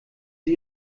sie